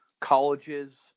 colleges